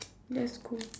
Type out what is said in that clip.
that's cool